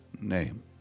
name